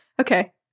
Okay